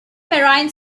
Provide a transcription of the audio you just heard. marine